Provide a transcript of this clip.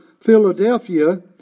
Philadelphia